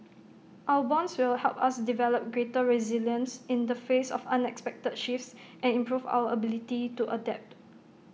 our bonds will help us develop greater resilience in the face of unexpected shifts and improve our ability to adapt